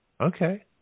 Okay